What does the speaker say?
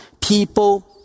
People